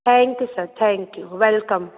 thank you sir thank you welcome